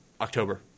October